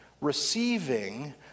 receiving